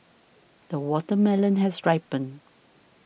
the watermelon has ripened